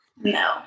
No